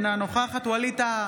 אינה נוכחת ווליד טאהא,